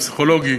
פסיכולוגי,